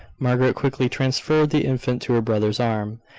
margaret quickly transferred the infant to her brother's arm,